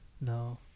No